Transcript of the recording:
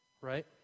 Right